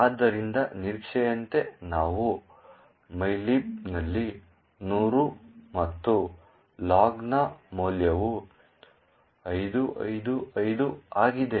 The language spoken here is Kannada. ಆದ್ದರಿಂದ ನಿರೀಕ್ಷೆಯಂತೆ ನಾವು ಮೈಲಿಬ್ನಲ್ಲಿ 100 ಮತ್ತು ಲಾಗ್ನ ಮೌಲ್ಯವು 5555 ಆಗಿದೆ